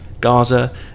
Gaza